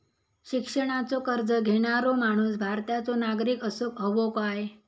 शिक्षणाचो कर्ज घेणारो माणूस भारताचो नागरिक असूक हवो काय?